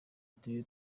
y’uturere